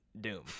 doom